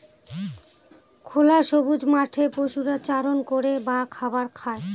খোলা সবুজ মাঠে পশুরা চারণ করে বা খাবার খায়